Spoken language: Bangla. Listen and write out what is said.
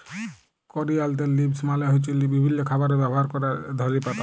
করিয়ালদের লিভস মালে হ্য়চ্ছে বিভিল্য খাবারে ব্যবহার ক্যরা ধলে পাতা